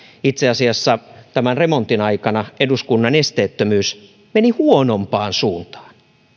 itse asiassa tämän remontin aikana eduskunnan esteettömyys meni huonompaan suuntaan